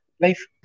life